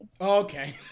Okay